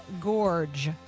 Gorge